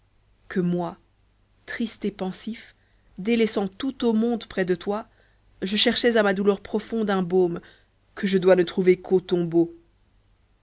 que moi triste et pensif délaissant tout au monde près de toi je cherchais à ma douleur profonde un baume que je dois ne trouver qu'au tombeau